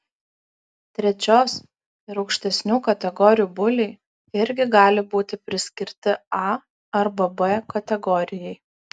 trečios ir aukštesnių kategorijų buliai irgi gali būti priskirti a arba b kategorijai